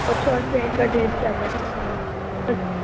ॿ सौ रुपिया हिकु ड्रेस जा घटि बस